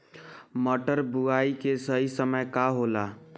मटर बुआई के सही समय का होला?